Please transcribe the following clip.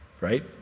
right